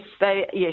yes